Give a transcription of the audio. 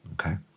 okay